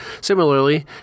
Similarly